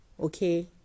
Okay